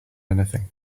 anything